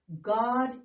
God